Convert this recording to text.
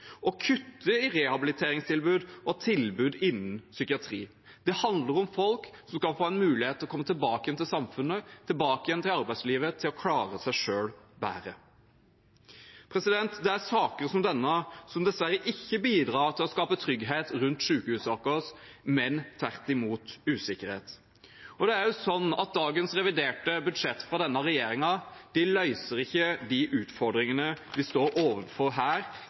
å kutte i rehabiliteringstilbud og tilbud innen psykiatri. Det handler om folk som skal få en mulighet til å komme tilbake igjen til samfunnet, tilbake igjen til arbeidslivet, til å klare seg selv bedre. Det er saker som denne som dessverre ikke bidrar til å skape trygghet rundt sykehusene våre, men tvert imot usikkerhet. Dagens reviderte budsjett fra denne regjeringen løser ikke de utfordringene vi står overfor